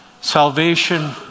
Salvation